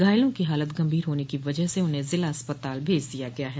घायलों की हालत गंभीर होने की वजह से उन्हें ज़िला अस्पताल भेज दिया गया है